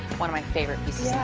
one of my favorite pieces.